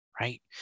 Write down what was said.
right